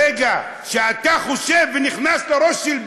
ברגע שאתה חושב ונכנס לראש של ביבי,